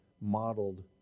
modeled